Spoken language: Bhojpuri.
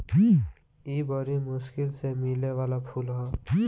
इ बरी मुश्किल से मिले वाला फूल ह